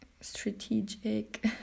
Strategic